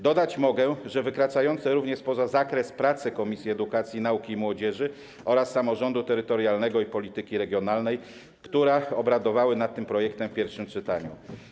Dodać mogę, że wykraczające również poza zakres pracy Komisji Edukacji, Nauki i Młodzieży oraz Komisji Samorządu Terytorialnego i Polityki Regionalnej, które obradowały nad tym projektem w pierwszym czytaniu.